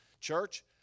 church